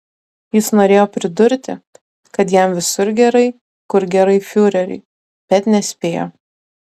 jis norėjo pridurti kad jam visur gerai kur gerai fiureriui bet nespėjo